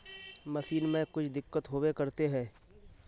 Machine में कुछ दिक्कत होबे करते है?